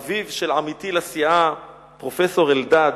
אביו של עמיתי לסיעה פרופסור אלדד,